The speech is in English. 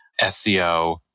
SEO